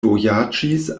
vojaĝis